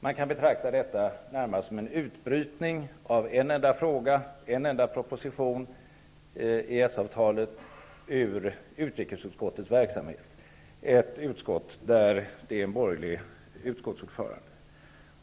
Det kan närmast betraktas som en utbrytning av en enda fråga, en proposition, nämligen EES-avtalet, ur utrikesutskottets verksamhet -- ett utskott med en borgerlig utskottsordförande.